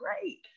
great